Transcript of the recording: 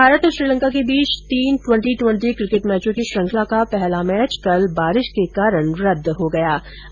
भारत और श्रीलंका के बीच तीन टवेंट् टवेंट् किकेट मैचों की श्रृंखला का पहला मैच कल बारिश के कारण रद्द करना पडा